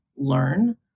learn